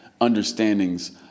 understandings